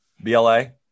bla